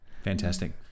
Fantastic